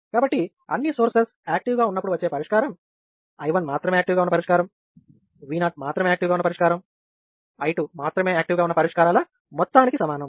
కాబట్టి అన్ని sources active గా ఉన్నప్పుడు వచ్చే పరిష్కారం I1 మాత్రమే యాక్టివ్ గా ఉన్న పరిష్కారం V0 మాత్రమే యాక్టివ్ గా ఉన్న పరిష్కారం I2 మాత్రమే యాక్టివ్ గా ఉన్న పరిష్కారాల మొత్తానికి సమానం